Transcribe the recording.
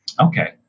okay